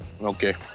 Okay